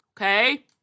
Okay